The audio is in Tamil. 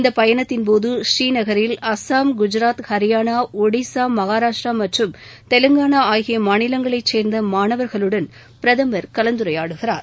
இந்த பயணத்தின்போது ப்ரீநகரில் அஸ்ஸாம் குஜராத் ஹரியானா ஒடிசா மகாராஷ்டிரா மற்றும் தெலுங்கானா ஆகிய மாநிலங்களை சேர்ந்த மாணவர்களுடன் பிரதமர் கலந்துரையாடுகிறார்